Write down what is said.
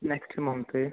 next month